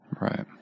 Right